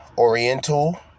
Oriental